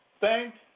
Thanks